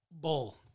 bowl